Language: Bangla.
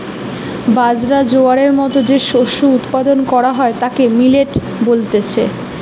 বাজরা, জোয়ারের মতো যে শস্য উৎপাদন কোরা হয় তাকে মিলেট বলছে